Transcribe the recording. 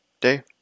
day